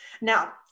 Now